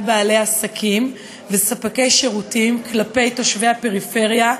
מדובר על אפליה מצד בעלי עסקים וספקי שירותים כלפי תושבי הפריפריה,